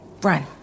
Run